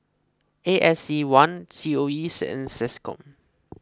A S E one C O E and SecCom